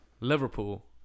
liverpool